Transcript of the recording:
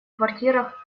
квартирах